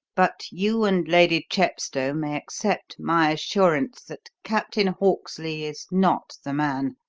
but you and lady chepstow may accept my assurance that captain hawksley is not the man.